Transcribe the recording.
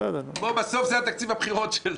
בסוף זה תקציב הבחירות שלו.